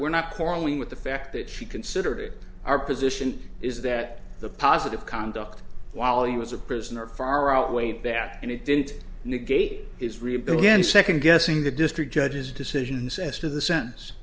we're not quarreling with the fact that she considered it our position is that the positive conduct while he was a prisoner far outweight back and it didn't negate is rebuild again second guessing the district judges decisions as to the sense